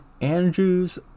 andrews